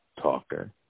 Talker